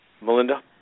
Melinda